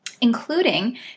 including